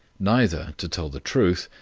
neither, to tell the truth,